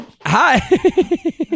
Hi